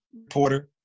reporter